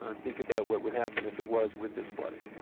ah think about what would happen if it was with this flooding.